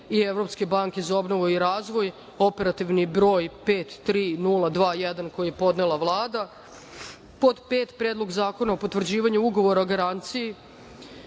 i Evropske banke za obnovu i razvoj, Operativni broj 53021, koji je podnela Vlada;5. Predlog zakona o potvrđivanju Ugovora o garanciji